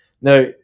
Now